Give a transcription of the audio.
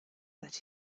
that